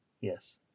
Yes